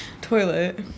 toilet